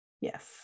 yes